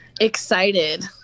Excited